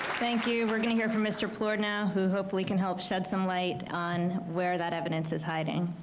thank you. we're gonna hear from mr. plourd now, who hopefully can help shed some light on where that evidence is hiding.